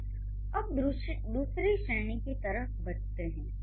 आइए अब दूसरी श्रेणी की तरफ़ बढ़ते हैं